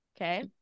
Okay